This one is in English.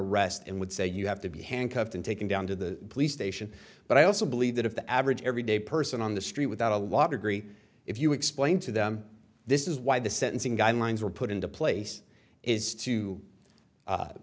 arrest and would say you have to be handcuffed and taken down to the police station but i also believe that if the average everyday person on the street without a law degree if you explain to them this is why the sentencing guidelines were put into place is to